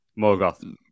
Morgoth